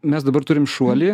mes dabar turim šuolį